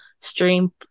stream